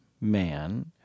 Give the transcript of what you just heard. man